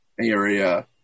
area